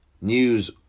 news